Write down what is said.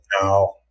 No